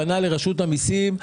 פנה לרשות המיסים,